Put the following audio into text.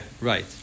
right